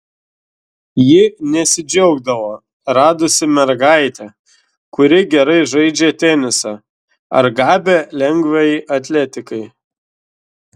ji nesidžiaugdavo radusi mergaitę kuri gerai žaidžia tenisą ar gabią lengvajai atletikai